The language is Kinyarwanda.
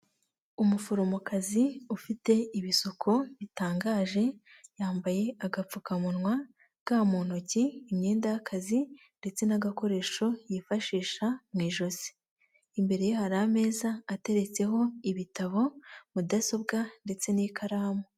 Umuforomokazi ufite ibisuko bitangaje yambaye agapfukamunwa, ga mu ntoki, imyenda y'akazi ndetse n'agakoresho yifashisha mu ijosi. Imbere ye hari ameza ateretseho ibitabo, mudasobwa ndetse n'ikaramu.